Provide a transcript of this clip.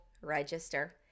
register